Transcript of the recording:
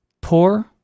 poor